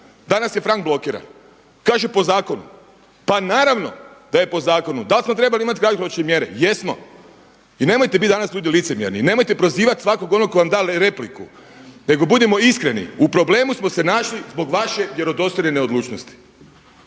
Danas je Frank blokiran, kaže po zakonu. Pa naravno da je po zakonu. Dal smo trebali imati kratkoročne mjere? Jesmo. I nemojte biti danas ljudi licemjerni i nemojte prozivati svakog onog tko vam da repliku nego budimo iskreni, u problemu smo se našli zbog vaše vjerodostojne neodlučnosti.